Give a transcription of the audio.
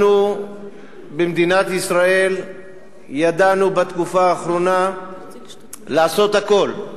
אנחנו במדינת ישראל ידענו בתקופה האחרונה לעשות הכול,